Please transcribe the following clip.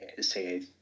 say